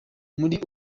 muri